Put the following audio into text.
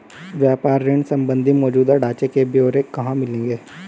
व्यापार ऋण संबंधी मौजूदा ढांचे के ब्यौरे कहाँ मिलेंगे?